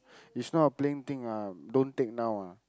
it's not a playing thing ah don't take now ah